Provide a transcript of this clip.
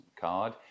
card